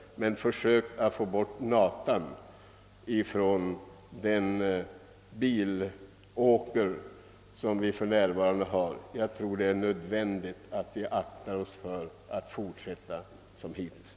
Men försök då att först få bort naten från den bilåker som vi för närvarande har. Vi bör akta oss för att fortsätta som hittills.